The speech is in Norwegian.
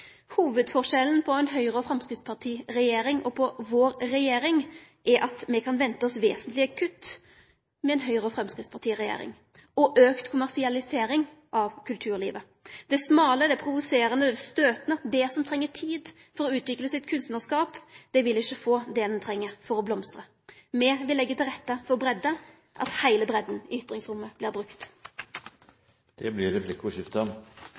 Hovudforskjellen på ei Høgre- og Framstegsparti-regjering og vår regjering er at me kan vente oss vesentlege kutt med ei Høgre- og Framstegsparti-regjering, og auka kommersialisering av kulturlivet. Det smale, det provoserande, det støytande, det som treng tid for å utvikle sin kunstnarskap, vil ikkje få det som det treng for å blomstre. Me vil leggje til rette for breidde, at heile breidda i ytringsrommet vert brukt. Det blir replikkordskifte.